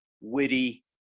witty